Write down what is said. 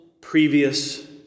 previous